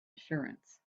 assurance